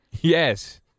Yes